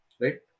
right